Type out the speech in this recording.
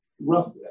Rough